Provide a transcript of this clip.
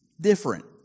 different